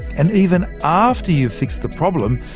and even after you've fixed the problem,